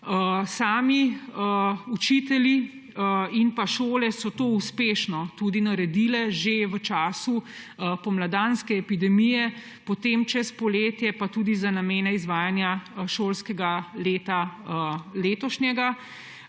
Sami učitelji in šole so to uspešno naredili že v času pomladanske epidemije, potem čez poletje pa tudi za namene izvajanja letošnjega